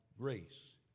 grace